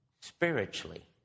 spiritually